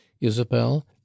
isabel